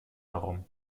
darum